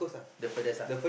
the furthest ah